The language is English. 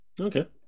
Okay